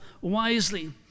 wisely